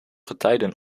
getijden